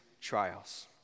trials